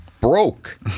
broke